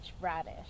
radish